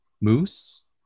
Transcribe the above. Moose